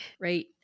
right